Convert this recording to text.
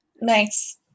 Nice